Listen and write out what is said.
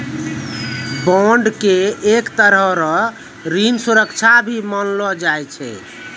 bond के एक तरह रो ऋण सुरक्षा भी मानलो जाय छै